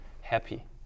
happy